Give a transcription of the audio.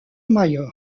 mayor